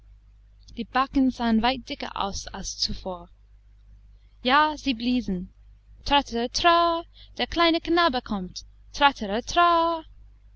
die backen sahen weit dicker aus als zuvor ja sie bliesen tratteratra der kleine knabe kommt